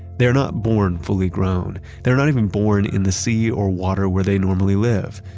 they're not born fully grown. they're not even born in the sea or water where they normally live.